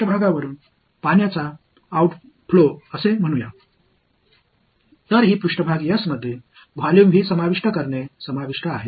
எனவே நான் விரும்பினால் இந்த மேற்பரப்பில் இருந்து நீர் வெளியேறுவதை அளவிடவேண்டும் எனவே இது ஒரு மேற்பரப்பு S என்பது ஒரு வால்யும் V ஐ இணைப்பதை உள்ளடக்கியது